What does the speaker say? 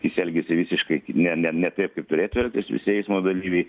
jis elgiasi visiškai ki ne ne ne taip kaip turėtų elgtis visi eismo dalyviai